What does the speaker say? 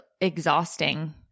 exhausting